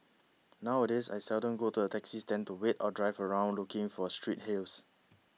nowadays I seldom go to the taxi stand to wait or drive around looking for street hails